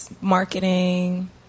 marketing